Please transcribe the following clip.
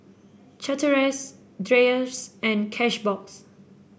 Chateraise Dreyers and Cashbox